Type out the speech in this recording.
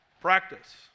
practice